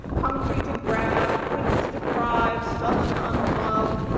hungry to grab, quick to deprive, sullen, unloved,